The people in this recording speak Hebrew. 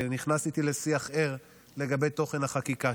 נכנס איתי לשיח ער לגבי תוכן החקיקה,